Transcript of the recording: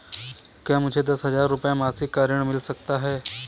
क्या मुझे दस हजार रुपये मासिक का ऋण मिल सकता है?